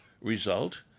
result